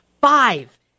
five